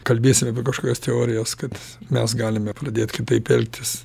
kalbėsim apie kažkokias teorijas kad mes galime pradėt kitaip elgtis